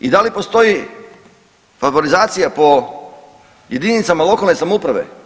I da li postoji favorizacija po jedinicama lokalne samouprave?